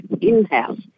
in-house